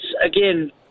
again